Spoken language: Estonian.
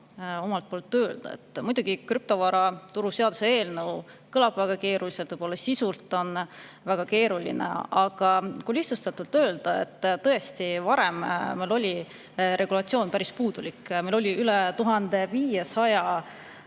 paar sõna öelda. Muidugi, krüptovaraturu seaduse eelnõu kõlab väga keeruliselt ja võib-olla ta sisult on väga keeruline, aga kui lihtsustatult öelda … Tõesti, varem oli meil regulatsioon päris puudulik. Meil oli üle 1500